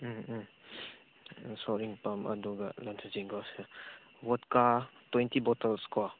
ꯎꯝ ꯎꯝ ꯑꯥ ꯁꯣꯔꯤꯡ ꯄꯝ ꯑꯗꯨꯒ ꯂꯟꯊꯨꯆꯤꯡꯀꯣꯁꯦ ꯕꯣꯠꯀꯥ ꯇ꯭ꯋꯦꯟꯇꯤ ꯕꯣꯇꯜꯁꯀꯣ